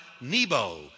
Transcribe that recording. Nebo